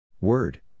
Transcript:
Word